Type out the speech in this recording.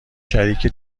شریک